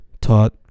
taught